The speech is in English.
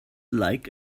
like